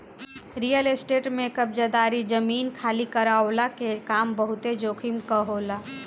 real estate में कब्ज़ादारी, जमीन खाली करववला के काम बहुते जोखिम कअ होला